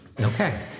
Okay